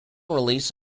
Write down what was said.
release